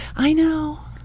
i know!